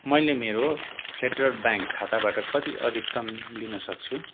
मैले मेरो Federal Bank खाताबाट कति अधिकतम लिन सक्छु